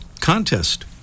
Contest